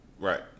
Right